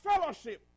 fellowship